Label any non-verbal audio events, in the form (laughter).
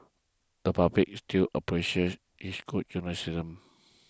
the public still appreciates (unintelligible) good journalism